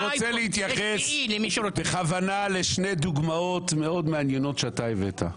אני רוצה להתייחס בכוונה לשתי דוגמאות מאוד מעניינות שאתה הבאת.